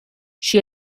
she